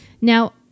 Now